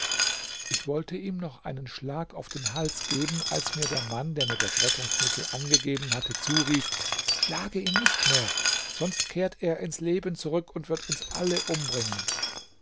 ich wollte ihm noch einen schlag auf den hals geben als mir der mann der mir das rettungsmittel angegeben hatte zurief schlage ihn nicht mehr sonst kehrt er ins leben zurück und wird uns alle umbringen